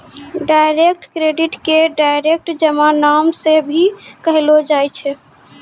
direct credit के direct जमा नाम से भी कहलो जाय छै